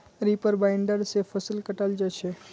reaper binder से फसल कटाल जा छ